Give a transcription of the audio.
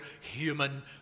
human